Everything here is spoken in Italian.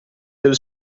del